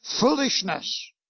foolishness